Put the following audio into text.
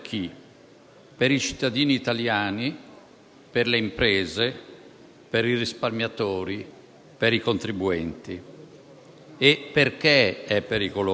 per i cittadini italiani, per le imprese, per i risparmiatori, per i contribuenti. Perché è pericolosa?